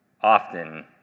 often